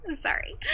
Sorry